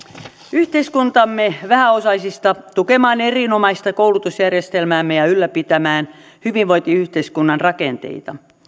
yhteiskuntamme vähäosaisista tukemaan erinomaista koulutusjärjestelmäämme ja ylläpitämään hyvinvointiyhteiskunnan rakenteita